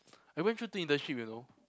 I went through two internship you know